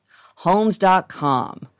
Homes.com